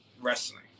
wrestling